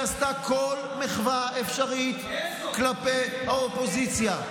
עשתה כל מחווה אפשרית כלפי האופוזיציה.